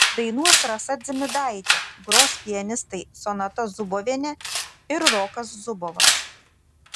dainuos rasa dzimidaitė gros pianistai sonata zubovienė ir rokas zubovas